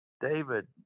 David